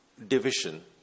division